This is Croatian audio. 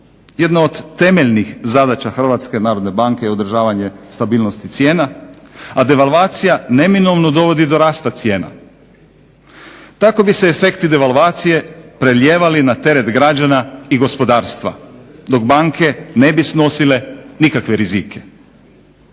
Jedna od temeljnih zadaća Hrvatske narodne banke je održavanje stabilnosti cijena, a devalvacija neminovno dovodi do rasta cijena. Tako bi se efekti devalvacije prelijevali na teret građana i gospodarstva, dok banke ne bi snosile nikakve rizike.